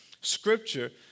Scripture